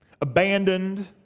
abandoned